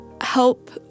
help